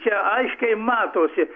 čia aiškiai matosi